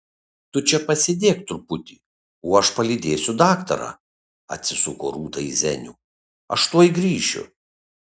tu čia pasėdėk truputį o aš palydėsiu daktarą atsisuko rūta į zenių aš tuoj grįšiu